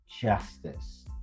justice